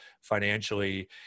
financially